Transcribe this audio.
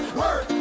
work